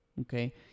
Okay